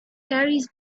carries